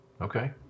Okay